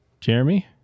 Jeremy